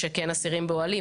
לשכן אסירים באוהלים,